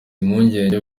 impungenge